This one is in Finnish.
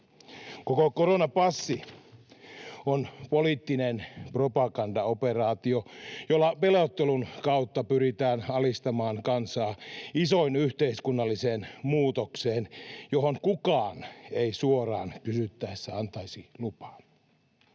Koko koronapassi on poliittinen propagandaoperaatio, jolla pelottelun kautta pyritään alistamaan kansaa isoon yhteiskunnalliseen muutokseen, johon kukaan ei suoraan kysyttäessä antaisi lupaa.